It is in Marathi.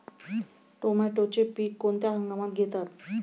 टोमॅटोचे पीक कोणत्या हंगामात घेतात?